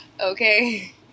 Okay